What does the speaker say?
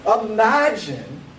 imagine